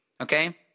Okay